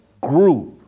group